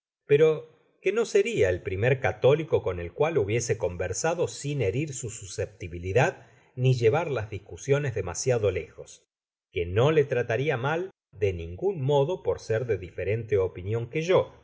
pero que no seria el primer católico con el cual hubiese conversado sin herir su susceptibilidad ni llevar las discusiones de masiado lejos que no le trataria mal de ningun modo por ser de diferente opinion que yo